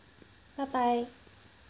bye bye